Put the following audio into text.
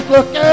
Look